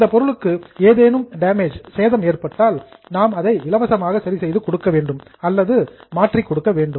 அந்த பொருளுக்கு ஏதேனும் டேமேஜ் சேதம் ஏற்பட்டால் நாம் அதை இலவசமாக சரி செய்து கொடுக்க வேண்டும் அல்லது அதை ரீப்ளேஸ் மாற்றிக் கொடுக்க வேண்டும்